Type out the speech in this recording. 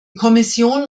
kommission